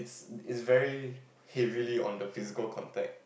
is very heavily on the physical contact